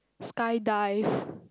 skydive